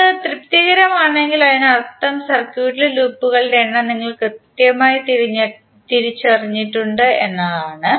ഇത് തൃപ്തികരമാണെങ്കിൽ അതിനർത്ഥം സർക്യൂട്ടിലെ ലൂപ്പുകളുടെ എണ്ണം നിങ്ങൾ കൃത്യമായി തിരിച്ചറിഞ്ഞിട്ടുണ്ടെന്നാണ്